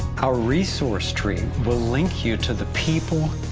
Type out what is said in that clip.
our resource tree will link you to the people,